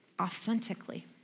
authentically